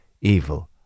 evil